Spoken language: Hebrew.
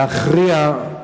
להכריע, תשמע,